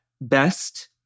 best